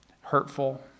hurtful